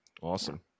Awesome